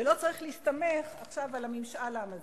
ולא צריך להסתמך עכשיו על משאל העם הזה.